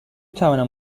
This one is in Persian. توانم